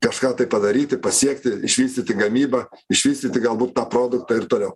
kažką tai padaryti pasiekti išvystyti gamybą išvystyti galbūt tą produktą ir toliau